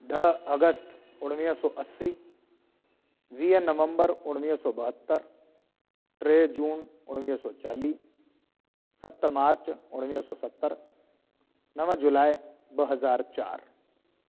ॾह अगस्त उणिवीह सौ असी वीह नवम्बर उणिवीह सौ ॿाहतरि टे जून उणिवीह सौ चालीह सत मार्च उणिवीह सौ सतरि नव जुलाई ॿ हज़ार चारि